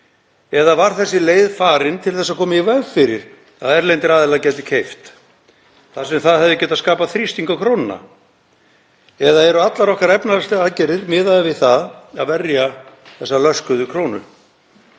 eða var þessi leið farin til að koma í veg fyrir að erlendir aðilar gætu keypt þar sem það hefði getað skapað þrýsting á krónuna? Eða eru allar okkar efnahagslegu aðgerðir miðaðar við það að verja þessa löskuðu krónu?